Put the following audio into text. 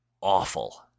awful